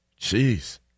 Jeez